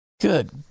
Good